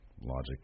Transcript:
logic